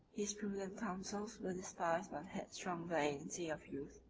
his prudent counsels were despised by the headstrong vanity of youth,